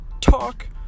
talk